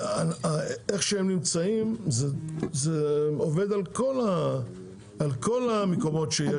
איך שהם נמצאים זה עובד על כל ,על כל המקומות שיש.